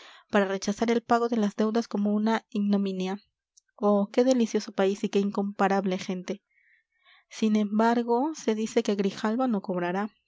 para rechazar el pago de las deudas como una ignominia oh qué delicioso país y qué incomparable gente sin embargo se dice que grijalva no cobrará